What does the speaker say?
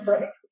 Right